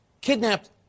kidnapped